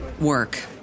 work